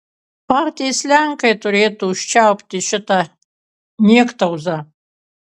patys lenkai turėtų užčiaupti šitą niektauzą